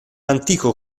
antico